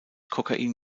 kokain